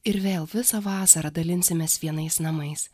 ir vėl visą vasarą dalinsimės vienais namais